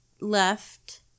left